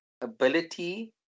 ability